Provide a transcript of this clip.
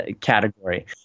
category